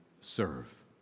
serve